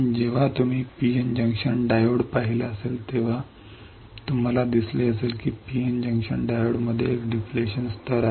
जेव्हा तुम्ही P N junction diode पाहिला असेल तेव्हा तुम्हाला दिसेल की P N जंक्शन डायोडमध्ये एक कमी होणारा थर आहे